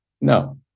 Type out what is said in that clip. no